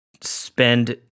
spend